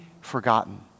forgotten